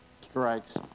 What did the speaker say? strikes